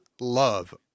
love